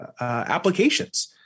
applications